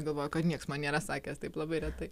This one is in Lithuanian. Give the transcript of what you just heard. galvojau kad niekas man nėra sakęs taip labai retai